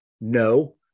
No